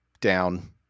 down